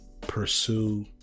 pursue